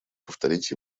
повторить